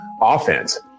offense